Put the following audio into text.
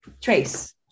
trace